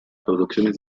producciones